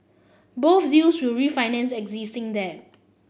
both deals will refinance existing debt